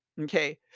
Okay